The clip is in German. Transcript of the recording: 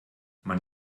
man